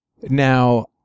Now